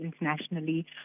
internationally